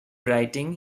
writing